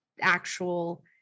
actual